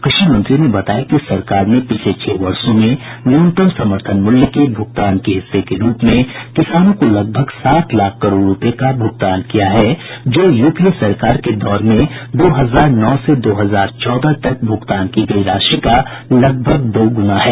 कृषि मंत्री ने बताया कि सरकार ने पिछले छह वर्षों में न्यूनतम समर्थन मूल्य के भूगतान के हिस्से के रूप में किसानों को लगभग सात लाख करोड़ रूपये का भूगतान किया है जो यूपीए सरकार के दौर में दो हजार नौ से दो हजार चौदह तक भूगतान की गई राशि का लगभग दोगूना है